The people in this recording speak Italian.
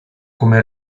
come